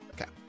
Okay